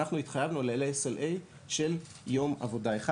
אנחנו התחייבנו ל-SLA של יום עבודה אחד.